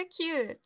cute